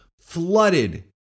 flooded